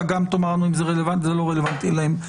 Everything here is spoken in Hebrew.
גם תאמר לנו אם זה רלוונטי או לא רלוונטי להם.